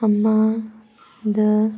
ꯑꯃꯗ